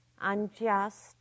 unjust